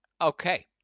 Okay